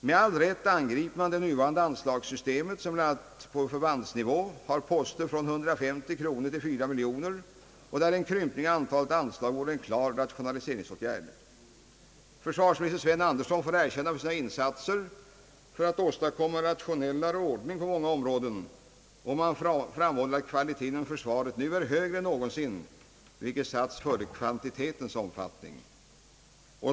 Med all rätt angriper man det nuvarande anslagssystemet, som bl.a. på förbandsnivå har poster från 150 kronor till 4 miljoner kronor och där en krympning av antalet anslag vore en klar rationaliseringsåtgärd. Försvarsminister Sven Andersson får erkännanden för sina insatser för att åstadkomma en rationellare ordning på många områden, och man framhåller att kvaliteten inom försvaret nu är högre än någonsin, vilket ansetts viktigare än kvantiteten.